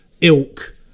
ilk